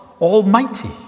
Almighty